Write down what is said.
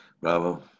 bravo